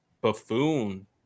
buffoon